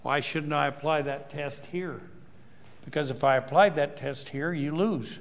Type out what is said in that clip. why shouldn't i apply that test here because if i apply that test here you lose